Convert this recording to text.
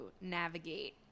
navigate